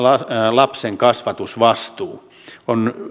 lapsen kasvatusvastuu on